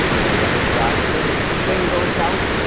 rank drive when you bring those out